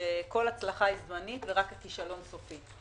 שכל הצלחה היא זמנית ורק הכישלון סופי.